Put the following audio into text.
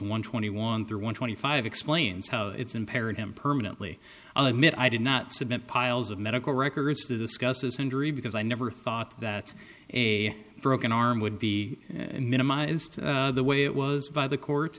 one twenty one through one twenty five explains how it's imperative permanently i'll admit i did not submit piles of medical records to discuss his injury because i never thought that a broken arm would be minimized the way it was by the court